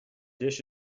dish